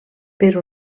per